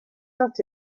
that